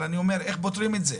איך פותרים את זה?